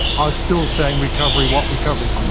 are still saying, recovery? what recovery?